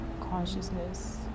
consciousness